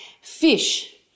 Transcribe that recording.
Fish